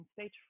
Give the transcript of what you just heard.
stage